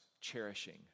cherishing